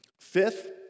Fifth